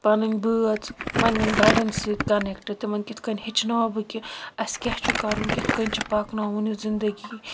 پَنٕنۍ بٲژ پَننٮ۪ن بَڑٮ۪ن سۭتۍ کَنیٚکٹہٕ تِمن کِتھ کٔنۍ ہیٚچھناوٕ بہٕ کہِ اسہِ کہاہ چھُ کرُن کِتھ کٔنۍ چھُ پَکناوُن یُتھ زنٛدگی